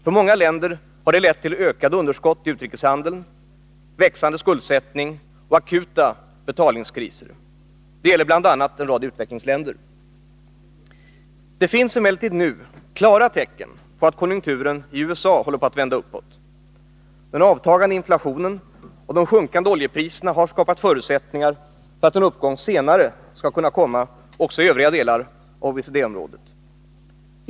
För många länder har detta lett till ökande underskott i utrikeshandeln, växande skuldsättning och akuta betalningskriser. Det gäller bl.a. en rad utvecklingsländer. Det finns emellertid nu klara tecken på att konjunkturen i USA håller på att vända uppåt. Den avtagande inflationen och de sjunkande oljepriserna har skapat förutsättningar för att en uppgång senare skall kunna komma också i övriga delar av OECD-området.